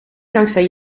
dankzij